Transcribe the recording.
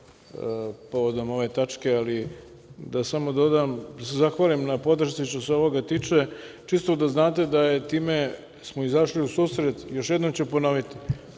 povodom ove tačke, ali da samo dodam. Želim da se zahvalim na podršci što se ovoga tiče. Čisto da znate da smo time izašli u susret, još jednom ću ponoviti,